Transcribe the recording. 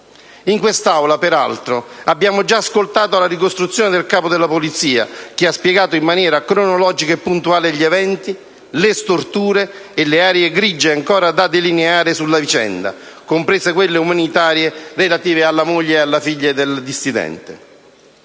In quest'Aula, peraltro, abbiamo già ascoltato la ricostruzione del Capo della Polizia, che ha spiegato in maniera cronologica e puntuale gli eventi, le storture e le aree grigie ancora da delineare sulla vicenda, comprese quelle umanitarie relative alla moglie e alla figlia del dissidente.